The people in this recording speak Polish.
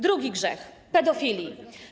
Drugi grzech, pedofilii.